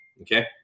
Okay